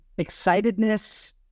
excitedness